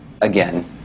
again